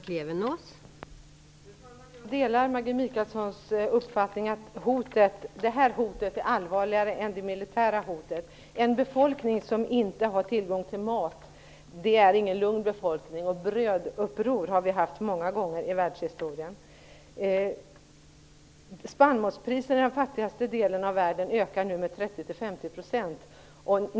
Fru talman! Jag delar Maggi Mikaelssons uppfattning, att det här hotet är allvarligare än det militära hotet. En befolkning som inte har tillgång till mat är ingen lugn befolkning. Bröduppror har förekommit många gånger i världshistorien. Spannmålspriserna i den fattigaste delen av världen ökar nu med 30-50 %.